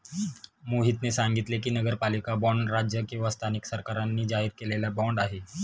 मोहितने सांगितले की, नगरपालिका बाँड राज्य किंवा स्थानिक सरकारांनी जारी केलेला बाँड आहे